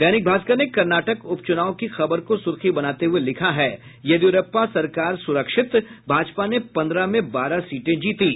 दैनिक भास्कर ने कर्नाटक उपचुनाव की खबर को सुर्खी बनाते हुए लिखा है येदियुरप्पा सरकार सुरक्षित भाजपा ने पन्द्रह में बारह सीटें जीतीं